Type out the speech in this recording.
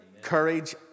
courage